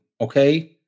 okay